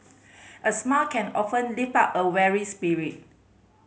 a smile can often lift up a weary spirit